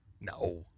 No